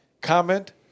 comment